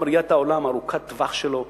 גם ראיית העולם ארוכת הטווח שלו,